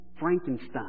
Frankenstein